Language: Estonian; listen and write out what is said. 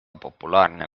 populaarne